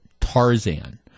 Tarzan